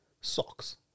Socks